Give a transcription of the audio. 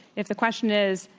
if the question is,